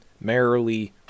merrily